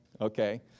okay